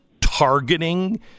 targeting